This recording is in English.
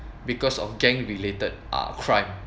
because of gang-related uh crime